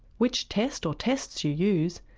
which test or tests you use,